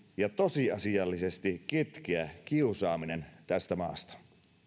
ja tosiasiallisesti kitkeä kiusaamisen tästä maasta